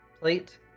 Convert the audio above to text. Plate